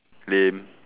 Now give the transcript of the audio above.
lame